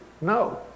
no